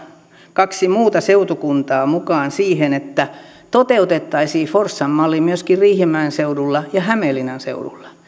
kaksi muuta seutukuntaa mukaan siihen että toteutettaisiin forssan malli myöskin riihimäen seudulla ja hämeenlinnan seudulla